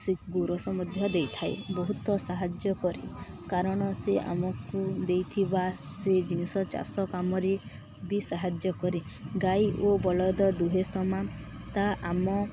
ସେ ଗୋରସ ମଧ୍ୟ ଦେଇଥାଏ ବହୁତ ସାହାଯ୍ୟ କରେ କାରଣ ସେ ଆମକୁ ଦେଇଥିବା ସେ ଜିନିଷ ଚାଷ କାମରେ ବି ସାହାଯ୍ୟ କରେ ଗାଈ ଓ ବଳଦ ଦୁହେଁ ସମାନ ତା' ଆମ